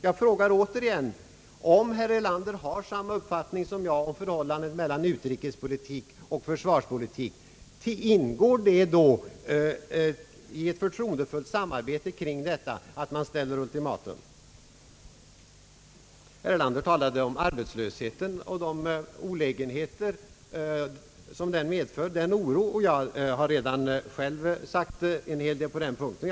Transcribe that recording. Jag frågar igen om herr Erlander har samma uppfattning som jag om förhållandet mellan utrikespolitik och försvarspolitik. Ingår det då i ett förtroendefullt samarbete kring detta att man ställer ultimatum? Herr Erlander talade om arbetslösheten och den oro och de olägenheter som den medför, och jag har själv sagt en hel del på den punkten.